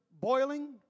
boiling